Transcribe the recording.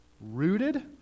Rooted